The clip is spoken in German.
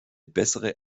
bessere